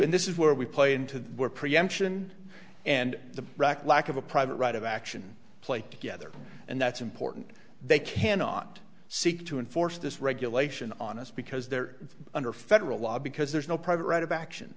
and this is where we play into where preemption and the rack lack of a private right of action play together and that's important they cannot seek to enforce this regulation on us because they're under federal law because there's no private right about action